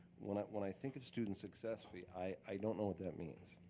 when i when i think of student success fee, i don't know what that means.